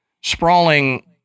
sprawling